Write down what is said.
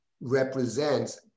represents